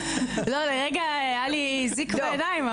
לרגע היה לי זיק בעיניים.